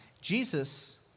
Jesus